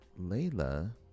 Layla